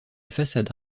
façade